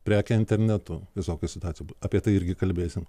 prekę internetu visokių situacijų apie tai irgi kalbėsim